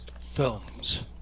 films